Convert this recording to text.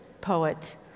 poet